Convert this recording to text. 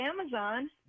Amazon